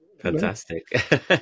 Fantastic